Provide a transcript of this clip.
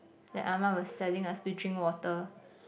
that Ah-Ma was telling us to drink water